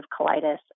colitis